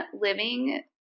living